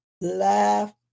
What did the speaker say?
laugh